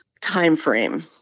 timeframe